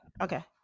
okay